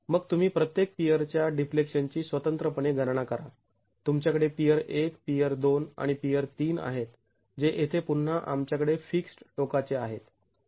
मग तुम्ही प्रत्येक पियरच्या डिफ्लेक्शनची स्वतंत्रपणे गणना करा तुमच्याकडे पियर १ पियर २ आणि पियर ३ आहेत जे येथे पुन्हा आमच्याकडे फिक्स्ड् टोकाचे आहेत